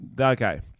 Okay